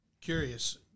Curious